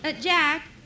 Jack